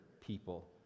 people